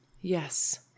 yes